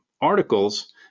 articles